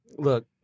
Look